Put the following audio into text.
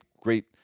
great